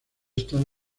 estas